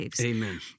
Amen